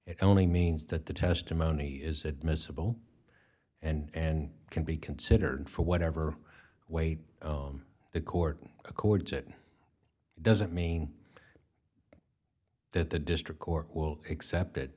it only means that the testimony is admissible and can be considered for whatever weight the court records it doesn't mean that the district court will accept it